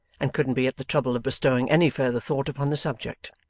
and couldn't be at the trouble of bestowing any further thought upon the subject.